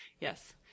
Yes